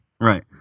Right